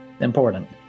important